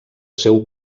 seu